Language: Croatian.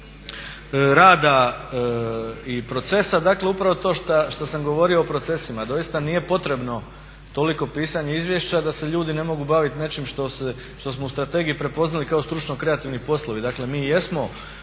rada i procesa, dakle upravo to šta sam govorio o procesima, doista nije potrebno toliko pisanje izvješća da se ljudi ne mogu baviti nečim što smo u strategiji prepoznali kao stručno kreativni poslovi. Dakle mi jesmo